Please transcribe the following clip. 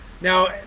Now